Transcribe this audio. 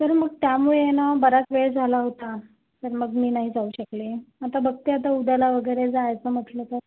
तर मग त्यामुळे ना बराच वेळ झाला होता तर मग मी नाही जाऊ शकले आता बघते आता उद्याला वगेरे जायचं म्हटलं तर